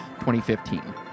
2015